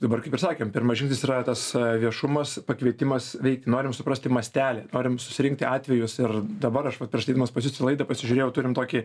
dabar kaip ir sakėt pirmas žingsnis yra tas viešumas pakvietimas veikti norim suprasti mastelį norim susirinkti atvejus ir dabar aš vat prieš ateidamas pas jus į laidą pasižiūrėjau turime tokį